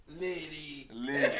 lady